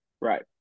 Right